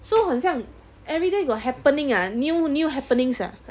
so 很像 everyday got happening ah new new happenings ah